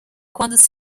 quando